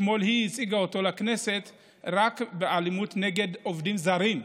אתמול היא הציגה אותו לכנסת רק באלימות נגד עובדים זרים.